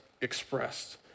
expressed